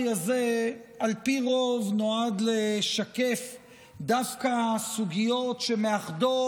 הזה על פי רוב נועד לשקף דווקא סוגיות שמאחדות,